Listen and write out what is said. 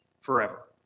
forever